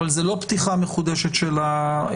אבל זו לא פתיחה מחודשת של הדיון.